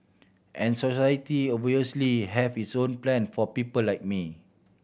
and society obviously have its own plan for people like me